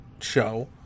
show